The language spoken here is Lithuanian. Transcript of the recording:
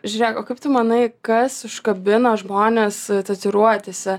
žiūrėk o kaip tu manai kas užkabina žmones tatuiruotėse